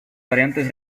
variantes